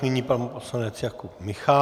Nyní pan poslanec Jakub Michálek.